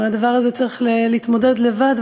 ועם הדבר הזה צריך להתמודד לבד.